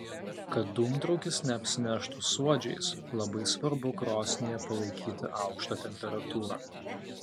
kad dūmtraukis neapsineštų suodžiais labai svarbu krosnyje palaikyti aukštą temperatūrą